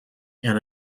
and